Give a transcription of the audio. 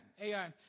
Ai